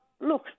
Look